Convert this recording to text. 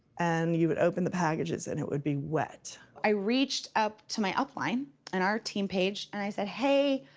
and you would open the packages. and it would be wet. i reached up to my up line on and our team page. and i said, hey,